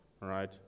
right